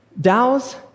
DAOs